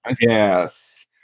Yes